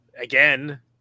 again